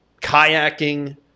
kayaking